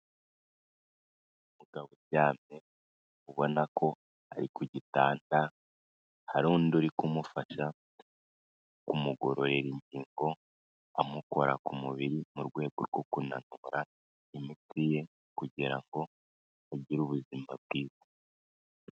Umugabo uryamye ubona ko ari kugitanta hari undi uri kumufasha kumugororera ingingo amukora ku mubiri mu rwego rwo kunanura imitsi ye kugira ngo agire ubuzima bwiza.